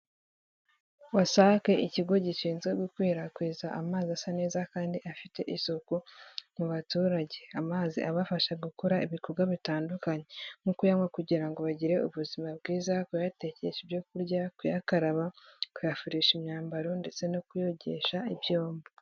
WASAC, ikigo gishinzwe gukwirakwiza amazi asa neza kandi afite isuku mu baturage, amazi abafasha gukora ibikorwa bitandukanye, nko kuyanywa kugira ngo bagire ubuzima bwiza, kuyatekesha ibyo kurya, kuyakaraba, kuyafurisha imyambaro ndetse no kuyogesha ibyombo.